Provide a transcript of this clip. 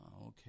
okay